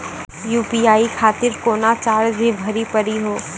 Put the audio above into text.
UPI खातिर कोनो charge भी भरी पड़ी हो?